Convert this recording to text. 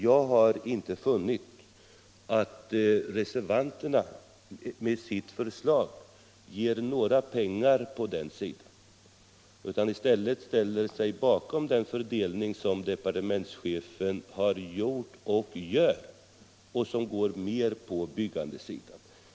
Jag har inte funnit att reservanterna med sitt förslag ger några pengar till den sidan. I stället ställer de sig bakom den fördelning som departementschefen gjort och gör och som mer tar sikte på byggandesidan.